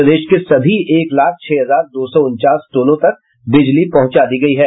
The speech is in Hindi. प्रदेश के सभी एक लाख छह हजार दो सौ उनचास टोलों तक बिजली पहुंचा दी गयी है